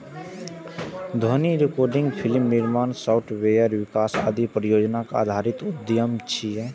ध्वनि recording, film निर्माण, software विकास आदि परियोजना आधारित उद्यम छियै